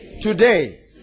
today